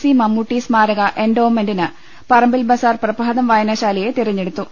C Mammootty സ്മാരക എൻഡോവ്മെന്റിന് പറമ്പിൽ ബസാർ പ്രഭാതം വായനശാലയെ തെരഞ്ഞെടുത്തു